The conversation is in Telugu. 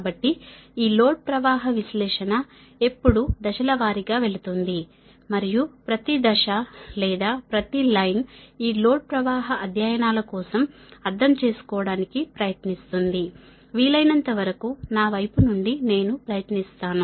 కాబట్టి ఈ లోడ్ ప్రవాహ విశ్లేషణ ఎప్పుడు దశల వారీగా వెళుతుంది మరియు ప్రతి దశ లేదా ప్రతి లైన్ ఈ లోడ్ ప్రవాహ అధ్యయనాల కోసం అర్థం చేసుకోవడానికి ప్రయత్నిస్తుంది వీలైనంతవరకు నా వైపు నుండి నేను ప్రయత్నిస్తాను